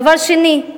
דבר שני,